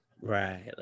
Right